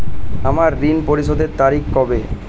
আমার ঋণ পরিশোধের তারিখ কবে?